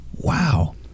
Wow